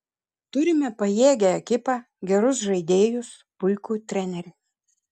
turime pajėgią ekipą gerus žaidėjus puikų trenerį